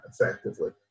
effectively